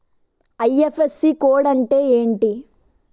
IFSC code అంటే ఏంటి?